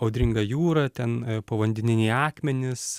audringa jūra ten povandeniniai akmenys